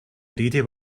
rede